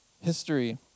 History